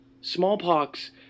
smallpox